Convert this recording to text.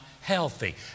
healthy